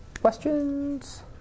questions